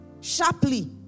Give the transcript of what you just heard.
Sharply